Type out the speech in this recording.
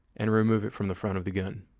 and remove it from the front of the gun.